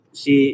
si